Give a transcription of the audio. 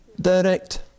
direct